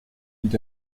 und